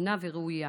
נכונה וראויה.